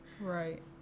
right